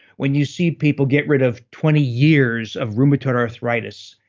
when you see people get rid of twenty years of rheumatoid arthritis,